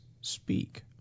speak